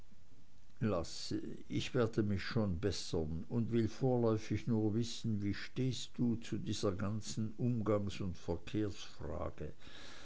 laß ich werde mich schon bessern und will vorläufig nur wissen wie stehst du zu dieser ganzen umgangs und verkehrsfrage